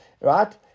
right